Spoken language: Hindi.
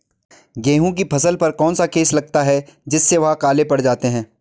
गेहूँ की फसल पर कौन सा केस लगता है जिससे वह काले पड़ जाते हैं?